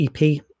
EP